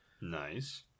Nice